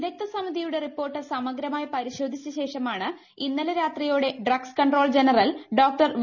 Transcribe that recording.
വിദഗ്ധ സമിതിയുടെ റിപ്പോർട്ട് സമഗ്രമായി പരിശോധിച്ചശേഷമാണ് ഇന്നലെ രാത്രിയോടെ drugs controller general doctor V